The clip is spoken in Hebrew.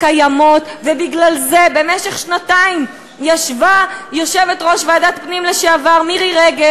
ובגלל זה במשך שנתיים ישבה יושבת-ראש ועדת פנים לשעבר מירי רגב,